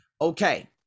Okay